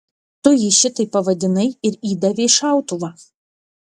tu jį šitaip pavadinai ir įdavei šautuvą